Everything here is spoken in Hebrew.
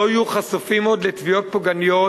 לא יהיו חשופים עוד לתביעות פוגעניות